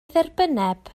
dderbynneb